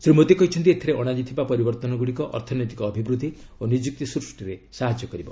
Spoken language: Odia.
ଶ୍ରୀ ମୋଦି କହିଛନ୍ତି ଏଥିରେ ଅଣାଯାଇଥିବା ପରିବର୍ତ୍ତନଗୁଡ଼ିକ ଅର୍ଥନୈତିକ ଅଭିବୃଦ୍ଧି ଓ ନିଯୁକ୍ତି ସ୍ଥିଷରେ ସାହାଯ୍ୟ କରିବ